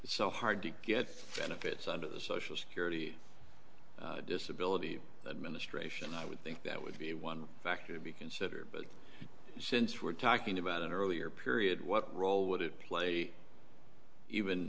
it's so hard to get benefits under the social security disability administration i would think that would be one factor to be considered but since we're talking about an earlier period what role would it play even